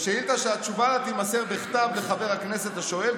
שאילתה שהתשובה לה תימסר בכתב לחבר הכנסת השואל,